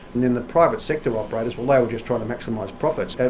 and then the private sector operators, well they were just trying to maximise profits.